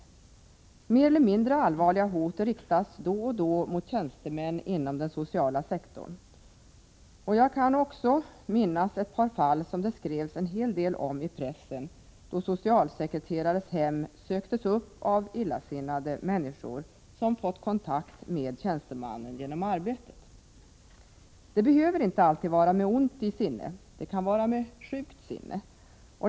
Mer eller mindre allvarliga hot riktas då och då mot tjänstemän inom den sociala sektorn. Jag kan också minnas ett par fall som det skrevs en hel del om i pressen, då socialsekreterares hem söktes upp av illasinnade människor som fått kontakt med tjänstemannen genom arbetet. Det behöver dock inte alltid vara med ont i sinnet — det kan vara med sjukt sinne.